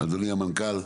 אדוני המנכ"ל,